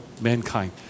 mankind